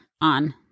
on